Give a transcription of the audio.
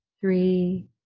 three